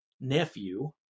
nephew